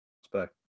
expect